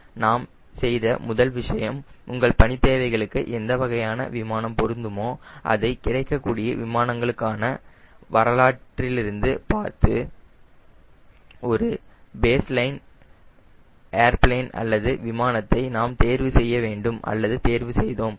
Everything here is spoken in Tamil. நாம் செய்த முதல் விஷயம் உங்கள் பணி தேவைகளுக்கு எந்த வகையான விமானம் பொருந்துமோ அதை கிடைக்கக்கூடிய விமானங்களுக்கான வரலாற்றிலிருந்து பார்த்து ஒரு பேஸ்லைன் ஏர்ப்ளேன் அல்லது விமானத்தை நாம் தேர்வு செய்ய வேண்டும் அல்லது தேர்வு செய்தோம்